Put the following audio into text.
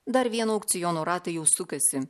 dar vieno aukciono ratai jau sukasi